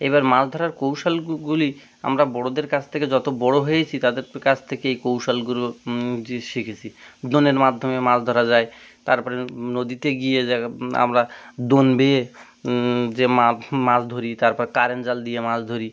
এইবার মাছ ধরার কৌশলগুলি আমরা বড়দের কাছ থেকে যত বড় হয়েছি তাদের কাছ থেকে এই কৌশলগুলো যি শিখেছি দোনের মাধ্যমে মাছ ধরা যায় তার পরে নদীতে গিয়ে যা আমরা দোন বেয়ে যে মা মাছ ধরি তারপর কারেন্ট জাল দিয়ে মাছ ধরি